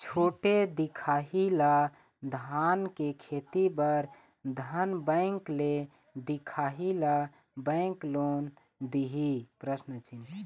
छोटे दिखाही ला धान के खेती बर धन बैंक ले दिखाही ला बैंक लोन दिही?